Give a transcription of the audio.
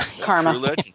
karma